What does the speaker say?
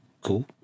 Cool